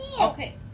Okay